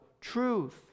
truth